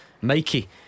Mikey